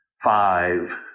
five